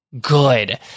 good